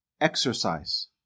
exercise